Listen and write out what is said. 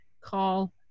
call